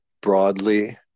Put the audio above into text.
broadly